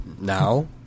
now